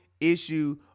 issue